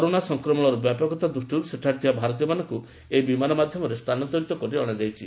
corona ସଂକ୍ରମଣର ବ୍ୟାପକତା ଦୃଷ୍ଟିରୁ ସେଠାରେ ଥିବା ଭାରତୀୟମାନଙ୍କୁ ଏହି ବିମାନ ମାଧ୍ୟରେ ସ୍ଥାନାନ୍ତରିତ କରି ଅଣାଯାଇଛି